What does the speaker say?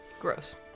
Gross